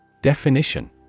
Definition